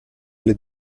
alle